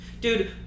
Dude